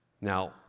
Now